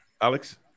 Alex